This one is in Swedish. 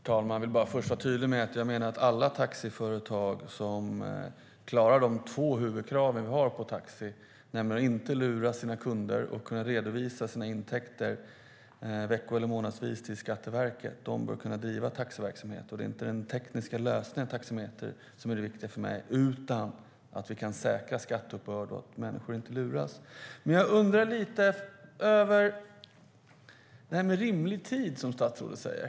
Herr talman! Jag vill först vara tydlig med att jag menar att alla taxiföretag som klarar de två huvudkraven som vi har på dem, nämligen att inte lura sina kunder och att kunna redovisa sina intäkter vecko eller månadsvis till Skatteverket, bör kunna driva taxiverksamhet. Det är inte den tekniska lösningen med en taxameter som är det viktiga för mig utan att vi kan säkra skatteuppbörd och att människor inte luras. Men jag undrar lite grann över detta med rimlig tid, som statsrådet säger.